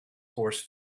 force